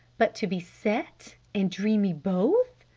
but to be set and dreamy both?